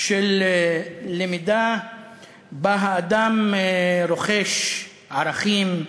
של למידה שבו האדם רוכש ערכים,